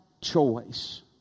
choice